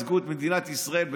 ייצגו את מדינת ישראל,